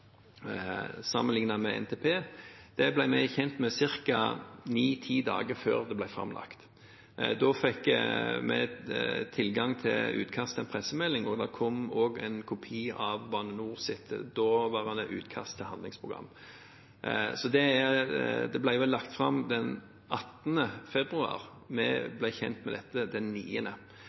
med NTP. Det ble vi kjent med ca. ni–ti dager før det ble framlagt. Da fikk vi tilgang til utkast til en pressemelding, og det kom også en kopi av Bane NORs daværende utkast til handlingsprogram. Det ble vel lagt fram den 18. februar, vi ble kjent med dette den